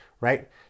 right